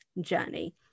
journey